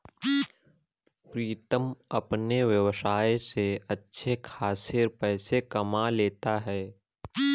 प्रीतम अपने व्यवसाय से अच्छे खासे पैसे कमा लेता है